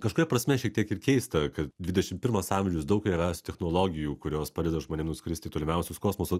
kažkuria prasme šiek tiek ir keista kad dvidešimt pirmas amžius daug įvairiausių technologijų kurios padeda žmonėm nuskristi tolimiausius kosmoso